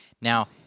Now